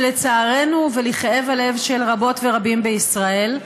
שלצערנו ולכאב הלב של רבות ורבים בישראל,